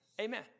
Amen